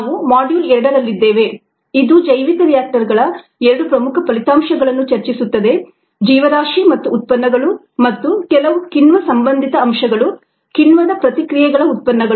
ನಾವು ಮಾಡ್ಯೂಲ್ 2 ರಲ್ಲಿದ್ದೇವೆ ಇದು ಜೈವಿಕ ರಿಯಾಕ್ಟರ್ಗಳ ಎರಡು ಪ್ರಮುಖ ಫಲಿತಾಂಶಗಳನ್ನು ಚರ್ಚಿಸುತ್ತದೆ ಜೀವರಾಶಿ ಮತ್ತು ಉತ್ಪನ್ನಗಳು ಮತ್ತು ಕೆಲವು ಕಿಣ್ವ ಸಂಬಂಧಿತ ಅಂಶಗಳು ಕಿಣ್ವದ ಪ್ರತಿಕ್ರಿಯೆಗಳ ಉತ್ಪನ್ನಗಳು